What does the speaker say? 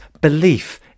belief